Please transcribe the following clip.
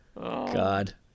God